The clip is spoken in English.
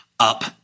up